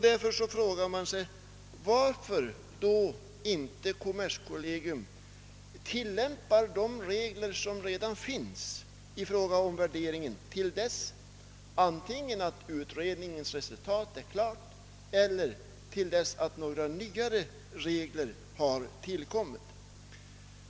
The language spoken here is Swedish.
Därför frågar man sig varför kommerskollegium inte tillämpar de regler som redan finns i fråga om värderingen till dess antingen att utredningens resultat är klart eller några nyare regler har tillkommit.